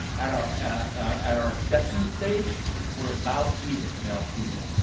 at our at our acceptance stage we're about even, male-female.